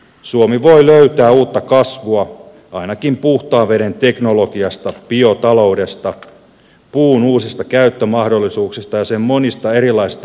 suomi voi löytää uutta kasvua ainakin puhtaan veden teknologiasta biotaloudesta puun uusista käyttömahdollisuuksista ja sen monista erilaisista innovaatioista